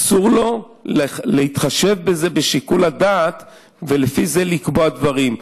אסור לו להתחשב בזה בשיקול הדעת ולפי זה לקבוע דברים.